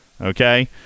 okay